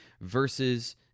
versus